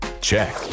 Check